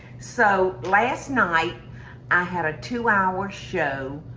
so last night i had a two hour show